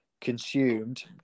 Consumed